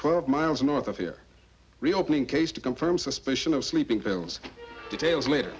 twelve miles north of here reopening case to confirm suspicion of sleeping pills details later